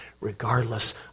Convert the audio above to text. regardless